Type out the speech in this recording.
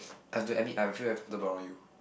I've to admit I feel very comfortable about you